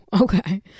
okay